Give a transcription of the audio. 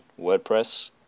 WordPress